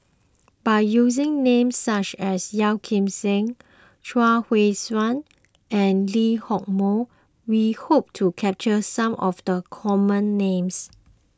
by using names such as Yeo Kim Seng Chuang Hui Tsuan and Lee Hock Moh we hope to capture some of the common names